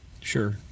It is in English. Sure